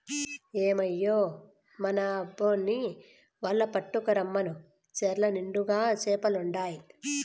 ఏమయ్యో మన అబ్బోన్ని వల పట్టుకు రమ్మను చెర్ల నిండుగా చేపలుండాయి